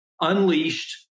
unleashed